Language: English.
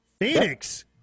Phoenix